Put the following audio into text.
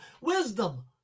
Wisdom